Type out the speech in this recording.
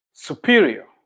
superior